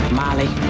molly